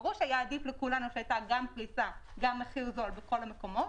ברור שהיה עדיף לכולנו שגם הייתה פריסה רחבה וגם מחיר זול בכל המקומות,